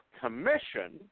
commission